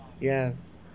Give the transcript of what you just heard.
yes